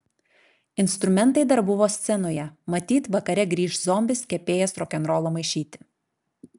instrumentai dar buvo scenoje matyt vakare grįš zombis kepėjas rokenrolo maišyti